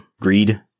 greed